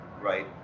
right